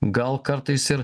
gal kartais ir